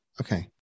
Okay